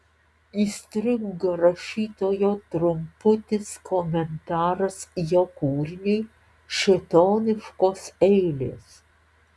įstringa rašytojo trumputis komentaras jo kūriniui šėtoniškos eilės